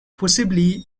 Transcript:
possibly